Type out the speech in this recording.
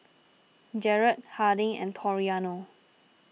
Jarred Harding and Toriano